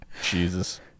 Jesus